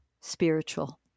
spiritual